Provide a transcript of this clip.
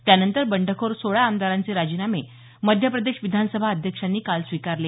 त्यानंतर बंडखोर सोळा आमदारांचे राजीनामे मध्यप्रदेश विधानसभाध्यक्षांनी काल स्वीकारले